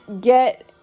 get